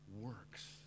works